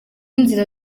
inzira